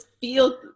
feel